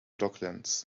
docklands